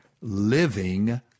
living